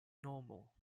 normal